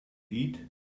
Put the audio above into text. eat